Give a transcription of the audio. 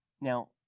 Now